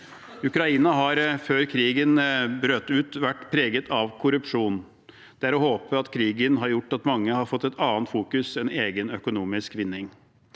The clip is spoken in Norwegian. Ukraina har, før krigen brøt ut, vært preget av korrupsjon. Det er å håpe at krigen har gjort at mange har fått et annet fokus enn egen økonomisk vinning.